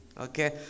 okay